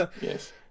yes